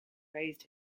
raised